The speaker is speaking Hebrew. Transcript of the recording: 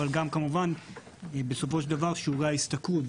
אבל גם כמובן בסופו של דבר שיעורי ההשתכרות.